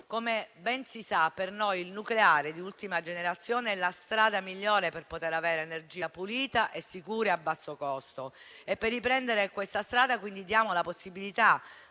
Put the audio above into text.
come ben si sa, per noi il nucleare di ultima generazione è la strada migliore per poter avere energia pulita e sicura a basso costo. Per riprendere questa strada, quindi, diamo la possibilità